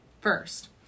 first